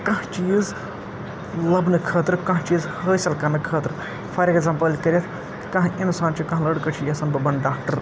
کانٛہہ چیٖز لَبنہٕ خٲطرٕ کانٛہہ چیٖز حٲصِل کَرنہٕ خٲطرٕ فار ایٚگزامپٕل کٔرِتھ کانٛہہ اِنسان چھِ کانٛہہ لٔڑکہٕ چھِ یژھان بہٕ بَنہٕ ڈاکٹَر